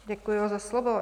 Děkuji za slovo.